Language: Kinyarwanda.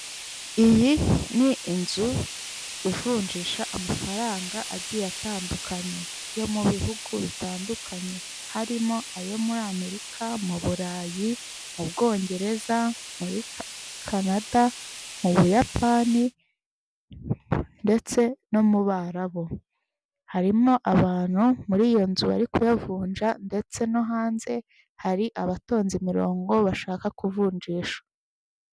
Iyi ni inzu ivunjisha amafaranga agiye atandukanye yo mu bihugu bitandukanye, harimo ayo muri Amerika, mu Burayi, mu Bwongereza, muri Canada, mu Buyapani ndetse no mu Barabu. Harimo abantu muri iyo nzu bari kuyavunja ndetse no hanze hari abatonze umurongo bashaka kuvunjisha.